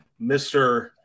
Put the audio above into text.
Mr